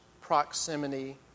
proximity